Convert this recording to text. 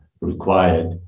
required